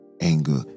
anger